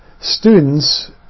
students